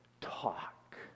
talk